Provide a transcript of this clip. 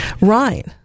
right